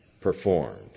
performed